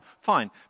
Fine